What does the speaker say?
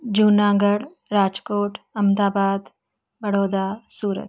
Junagadh Rajkot Ahmedabad Baroda Surat